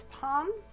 palm